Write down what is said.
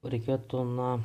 reikėtų na